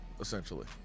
essentially